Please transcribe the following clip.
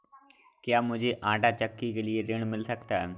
क्या मूझे आंटा चक्की के लिए ऋण मिल सकता है?